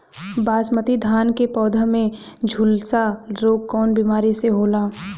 बासमती धान क पौधा में झुलसा रोग कौन बिमारी से होला?